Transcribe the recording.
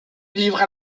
livra